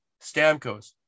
Stamkos